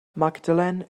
magdalen